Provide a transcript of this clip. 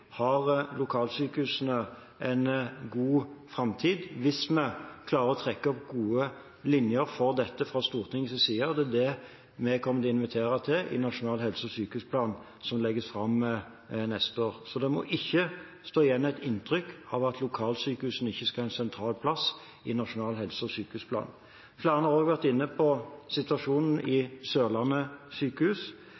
har lokalsykehusene en god framtid, hvis vi klarer å trekke opp gode linjer for dette fra Stortingets side. Det er det vi kommer til å invitere til i nasjonal helse- og sykehusplan, som legges fram neste år. Så det må ikke stå igjen et inntrykk av at lokalsykehusene ikke skal ha en sentral plass i nasjonal helse- og sykehusplan. Flere har også vært inne på situasjonen